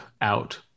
out